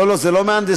לא לא, זה לא מהנדסים.